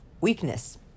weakness